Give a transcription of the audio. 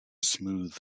smooth